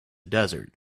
desert